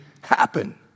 happen